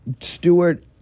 stewart